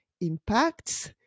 impacts